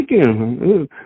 again